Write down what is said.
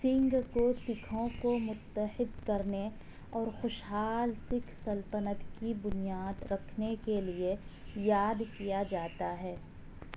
سنگھ کو سکھوں کو متحد کرنے اور خوشحال سکھ سلطنت کی بنیاد رکھنے کے لیے یاد کیا جاتا ہے